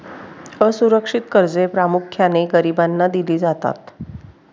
असुरक्षित कर्जे प्रामुख्याने गरिबांना दिली जातात